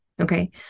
Okay